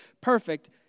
perfect